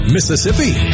Mississippi